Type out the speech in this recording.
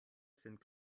sind